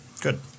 Good